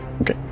Okay